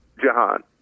Jahan